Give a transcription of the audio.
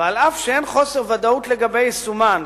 ואף שאין חוסר ודאות לגבי יישומן,